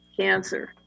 cancer